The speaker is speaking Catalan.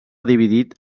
dividit